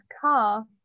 car